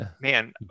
man